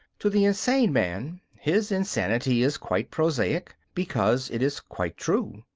to the insane man his insanity is quite prosaic, because it is quite true.